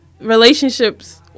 relationships